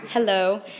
hello